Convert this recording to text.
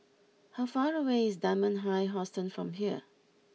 how far away is Dunman High Hostel from here